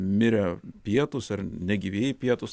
mirę pietūs ar negyvieji pietūs